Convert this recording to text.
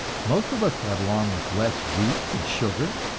most of us got along with less wheat and sugar,